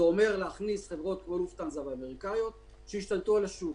אומרת להכניס חברות כמו לופטהנזה וחברות אמריקניות שישתלטו על השוק.